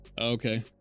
okay